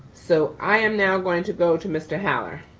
so i am now going to go to mr. holler.